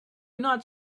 not